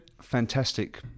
Fantastic